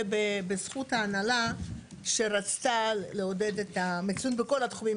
ובזכות ההנהלה שרצתה לעודד את המצוינות בכל התחומים.